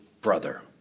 brother